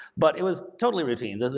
but it was totally routine.